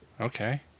Okay